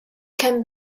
can